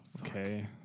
Okay